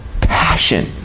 passion